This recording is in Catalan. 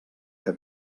que